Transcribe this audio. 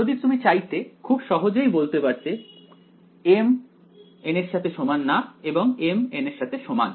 যদি তুমি চাইতে খুব সহজেই বলতে পারতে m ≠ n এবং mn